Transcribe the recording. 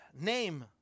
Name